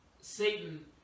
Satan